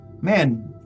man